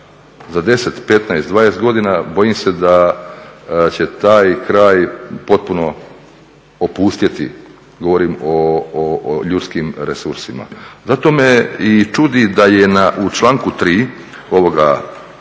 Za 10, 15, 20 godina bojim se da će taj kraj potpuno opustjeti. Govorim o ljudskim resursima. Zato me i čudi da je u članku 3. ovoga